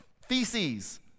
feces